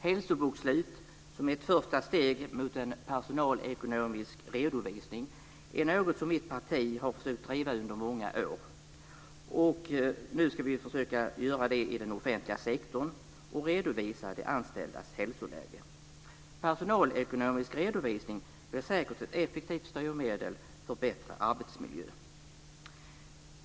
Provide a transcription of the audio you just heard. Hälsobokslut, som är ett första steg mot en personalekonomisk redovisning är något som mitt parti har försökt driva under många år. Nu ska vi försöka göra det i den offentliga sektorn och redovisa de anställdas hälsoläge. Personalekonomisk redovisning är säkert ett effektivt styrmedel för bättre arbetsmiljö.